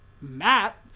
Matt